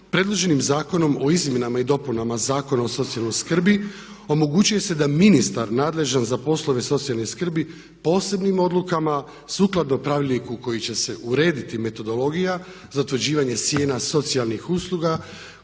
predloženim Zakonom o izmjenama i dopunama Zakona o socijalnoj skrbi omogućuje se da ministar nadležan za poslove socijalne skrbi posebnim odlukama sukladno pravilniku koji će se urediti metodologija za utvrđivanje cijena socijalnih usluga